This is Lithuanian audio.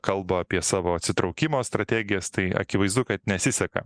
kalba apie savo atsitraukimo strategijas tai akivaizdu kad nesiseka